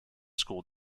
school